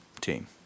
team